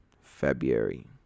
February